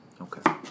Okay